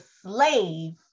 slave